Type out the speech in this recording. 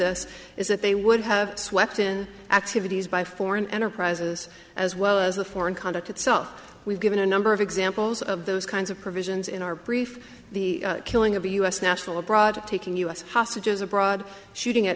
this is that they would have swept in activities by foreign enterprises as well as the foreign conduct itself we've given a number of examples of those kinds of provisions in our brief the killing of a u s national abroad taking us hostages abroad shooting at